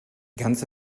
ganze